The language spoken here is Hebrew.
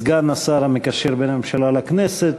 סגן השר המקשר בין הממשלה לכנסת,